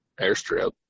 airstrip